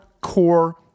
core